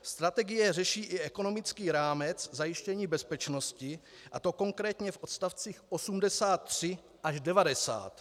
Strategie řeší i ekonomický rámec zajištění bezpečnosti, a to konkrétně v odst. 8390.